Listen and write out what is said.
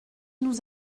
nous